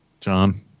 John